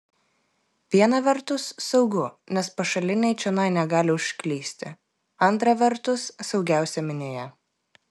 viena vertus saugu nes pašaliniai čionai negali užklysti antra vertus saugiausia minioje